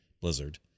blizzard